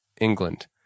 England